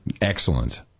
excellent